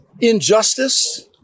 injustice